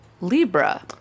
Libra